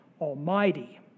Almighty